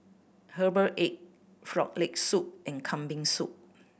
Herbal Egg Frog Leg Soup and Kambing Soup